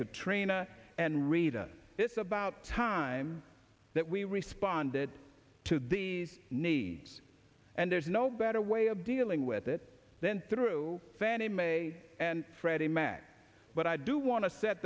katrina and rita it's about time that we responded to these needs and there's no better way of dealing with it then through fannie mae and freddie mac but i do want to set